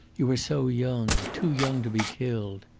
you are so young too young to be killed.